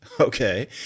Okay